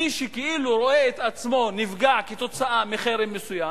מי שכאילו רואה את עצמו נפגע מחרם מסוים,